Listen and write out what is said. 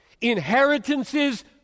Inheritances